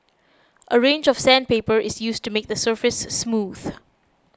a range of sandpaper is used to make the surface smooth